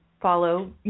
follow